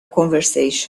conversation